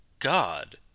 God